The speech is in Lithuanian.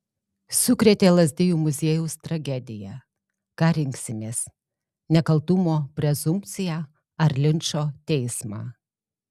sukrėtė lazdijų muziejaus tragedija ką rinksimės nekaltumo prezumpciją ar linčo teismą